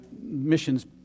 missions